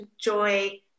joy